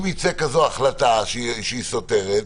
אם תצא החלטה סותרת,